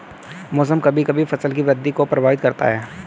मौसम कभी कभी फसल की वृद्धि को प्रभावित करता है